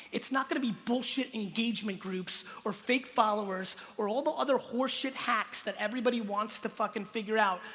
it's not gonna be bullshit engagement groups, or fake followers, or all the other horse shit hacks that everybody wants to fucking figure out,